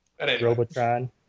Robotron